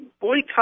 boycott